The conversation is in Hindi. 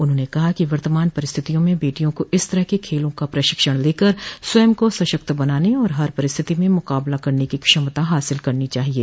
उन्होंने कहा कि वर्तमान परिस्थितियों में बेटियों को इस तरह के खेलों का प्रशिक्षण लेकर स्वयं को सशक्त बनाने और हर परिस्थिति में मुकाबला करने की क्षमता हासिल करनी चाहिये